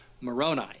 Moroni